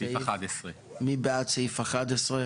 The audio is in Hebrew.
מי בעד סעיף 11?